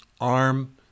Arm